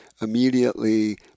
immediately